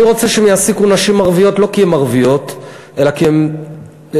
אני רוצה שהם יעסיקו נשים ערביות לא כי הן ערביות אלא כי הן תותחיות,